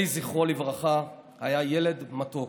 אלי, זכרו לברכה, היה ילד מתוק.